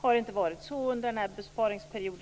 har inte heller gjort det under denna besparingsperiod.